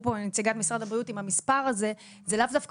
פה על ידי נציגת משרד הבריאות עם המספר הזה זה לאו דווקא